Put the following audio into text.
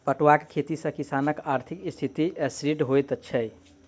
पटुआक खेती सॅ किसानकआर्थिक स्थिति सुदृढ़ होइत छै